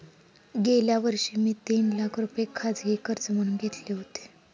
गेल्या वर्षी मी तीन लाख रुपये खाजगी कर्ज म्हणून घेतले होते